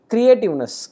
Creativeness